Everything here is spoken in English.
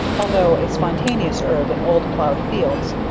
altho' a spontaneous herb in old ploughed fields,